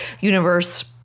universe